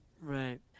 Right